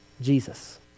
Jesus